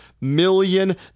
million